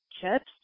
chips